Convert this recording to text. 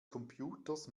computers